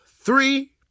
three